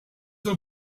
del